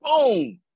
Boom